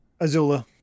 Azula